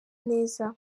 neza